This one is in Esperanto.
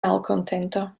malkontento